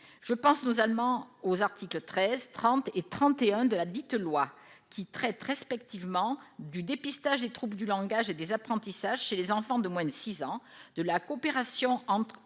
Je pense notamment aux articles 13, 30 et 31 de ladite loi, qui traitent respectivement du dépistage des troubles du langage et des apprentissages chez les enfants de moins de six ans, de la coopération entre